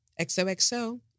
XOXO